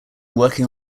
working